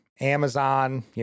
Amazon